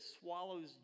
swallows